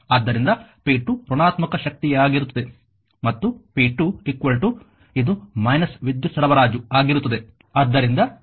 ಆದ್ದರಿಂದ p2 ಋಣಾತ್ಮಕ ಶಕ್ತಿಯಾಗಿರುತ್ತದೆ ಮತ್ತು p2 ಇದು ವಿದ್ಯುತ್ ಸರಬರಾಜು ಆಗಿರುತ್ತದೆ